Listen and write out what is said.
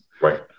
right